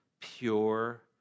pure